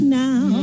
now